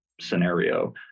scenario